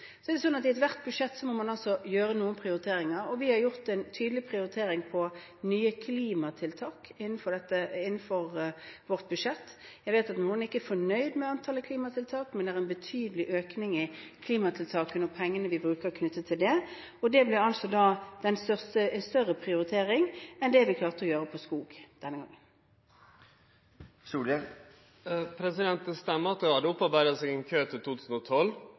I ethvert budsjett må man gjøre noen prioriteringer, og vi har gjort en tydelig prioritering av nye klimatiltak innenfor vårt budsjett. Jeg vet at noen ikke er fornøyd med antallet klimatiltak, men det er en betydelig økning i klimatiltakene og pengene vi bruker knyttet til dette. Det blir altså en større prioritering enn det vi klarte å gjøre på skog denne gangen. Det stemmer at det hadde opparbeidd seg ein kø til 2012,